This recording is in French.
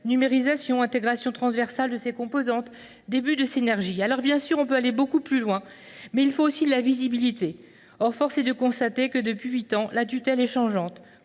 numérisation, intégration transversale de leurs diverses composantes, début de synergies. Certes, on peut aller beaucoup plus loin, mais il faut aussi de la visibilité. Or force est de constater que, depuis huit ans, la tutelle est changeante,